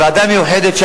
ועדה מיוחדת,